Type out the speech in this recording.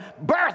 birth